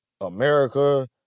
America